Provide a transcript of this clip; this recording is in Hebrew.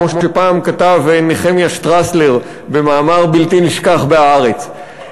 כמו שפעם כתב נחמיה שטרסלר במאמר בלתי נשכח ב"הארץ".